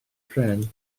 pren